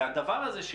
והדבר הזה,